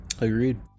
Agreed